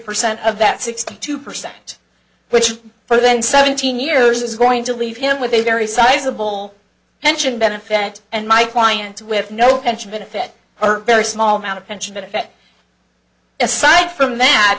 percent of that sixty two percent which for then seventeen years is going to leave him with a very sizeable engine benefit and my clients with no pension benefit or very small amount of pension benefit aside from that